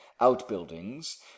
outbuildings